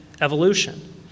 evolution